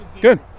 Good